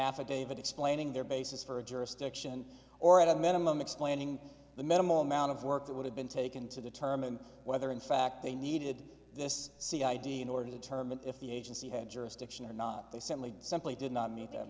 affidavit explaining their basis for a jurisdiction or at a minimum explaining the minimal amount of work that would have been taken to determine whether in fact they needed this see id in order to determine if the agency had jurisdiction or not they simply simply did not meet th